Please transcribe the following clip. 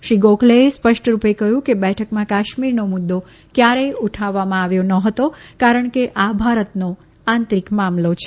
શ્રી ગોખલેએ સ્પષ્ટરૂપે કહ્યું કે બેઠકમાં કાશ્મીરનો મુદ્દો કયારેથ ઉઠાવવામાં આવ્યો ન હતો કારણ કે આ ભારતનો આંતરિક મામલો છે